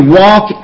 walk